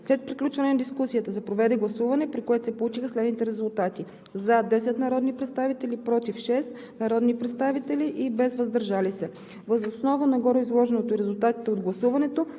След приключване на дискусията се проведе гласуване, при което се получиха следните резултати: „за“ 10 народни представители, „против“ 6 народни представители и без „въздържал се“. Въз основа на гореизложеното и резултатите от гласуването